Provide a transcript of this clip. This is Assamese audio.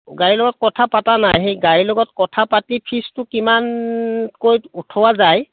গাড়ীৰ লগত কথা পাতা নাই সেই গাড়ীৰ লগত কথা পাতি ফিজটো কিমানকৈ উঠোৱা যায়